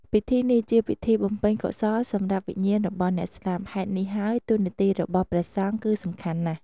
ពិធីនេះ ជាពិធីបំពេញកុសលសម្រាប់វិញ្ញាណរបស់អ្នកស្លាប់ ហេតុនេះហើយតួនាទីរបស់ព្រះសង្ឃគឺសំខាន់ណាស់។